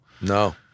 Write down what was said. No